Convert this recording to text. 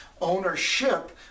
ownership